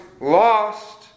lost